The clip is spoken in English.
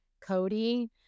Cody